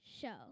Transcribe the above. Show